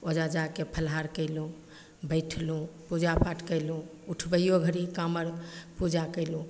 ओहिजाँ जाके फलहार कएलहुँ बैठलहुँ पूजापाठ कएलहुँ उठबैओ घड़ी कामौर पूजा कएलहुँ